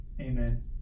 amen